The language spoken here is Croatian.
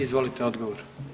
Izvolite odgovor.